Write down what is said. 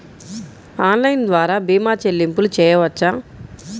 Online ద్వార భీమా చెల్లింపులు చేయవచ్చా?